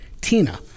tina